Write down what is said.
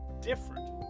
different